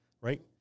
right